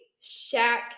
shack